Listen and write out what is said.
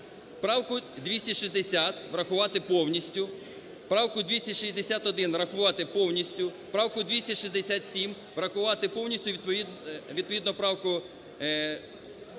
Правку 260 врахувати повністю. Правку 261 врахувати повністю. Правку 267 врахувати повністю. Відповідно абзац